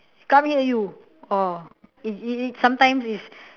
come here you or it's easy sometimes is